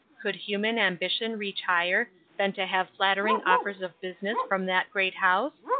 could human ambition reach higher than to have flattering offers of business from that great house?